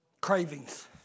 cravings